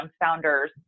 founders